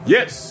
Yes